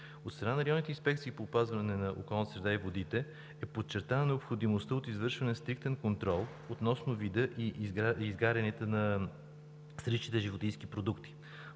От страна на районните инспекции по опазване на околната среда и водите е подчертана необходимостта от извършване на стриктен контрол относно вида и изгарянията на страничните животински продукти.